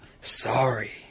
sorry